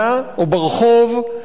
המצוקה שלהם קשה מאוד.